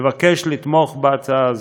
נבקש לתמוך בהצעה זו.